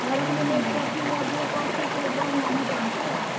भारत मे नेसकेफी आ Bru coffee केर बड़ नामी ब्रांड छै